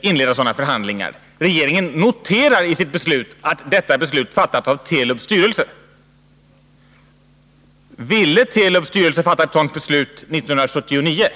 inleda sådana förhandlingar. Regeringen noterar i sitt beslut att detta beslut fattats av Telubs styrelse. Ville Telubs styrelse fatta ett sådant beslut 1979?